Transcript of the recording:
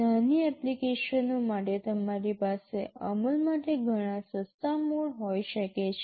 નાની એપ્લિકેશનો માટે તમારી પાસે અમલ માટે ઘણા સસ્તા મોડ હોઈ શકે છે